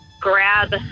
grab